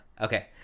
Okay